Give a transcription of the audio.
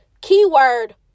keyword